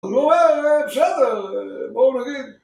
נווה, ג׳אבל! בואו נגיד.